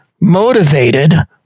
motivated